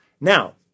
Now